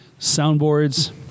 soundboards